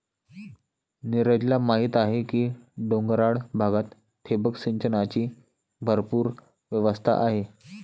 नीरजला माहीत आहे की डोंगराळ भागात ठिबक सिंचनाची भरपूर व्यवस्था आहे